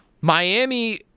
Miami